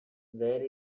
where